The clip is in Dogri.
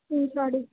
ठीक ऐ ओह्